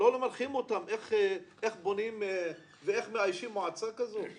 לא מנחים אותם איך בונים ואיך מאיישים מועצה כזו?